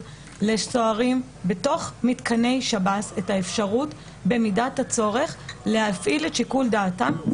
לסוהרים במתקני שב"ס את האפשרות במידת הצורך להפעיל את שיקול דעתם,